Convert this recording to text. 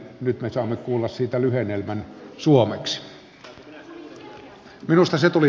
nyt me saamme kuulla siitä lyhennelmän suomeksi